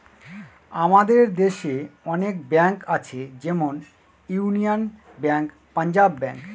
আমাদের দেশে অনেক ব্যাঙ্ক আছে যেমন ইউনিয়ান ব্যাঙ্ক, পাঞ্জাব ব্যাঙ্ক